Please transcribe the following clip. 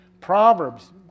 Proverbs